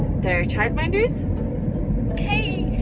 their childminders katie's.